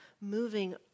moving